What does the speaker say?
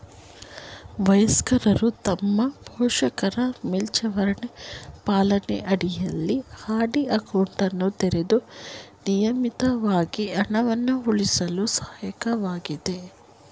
ವಯಸ್ಕರು ತಮ್ಮ ಪೋಷಕರ ಮೇಲ್ವಿಚಾರಣೆ ಪಾಲನೆ ಅಡಿಯಲ್ಲಿ ಆರ್.ಡಿ ಅಕೌಂಟನ್ನು ತೆರೆದು ನಿಯಮಿತವಾಗಿ ಹಣವನ್ನು ಉಳಿಸಲು ಸಹಾಯಕವಾಗಿದೆ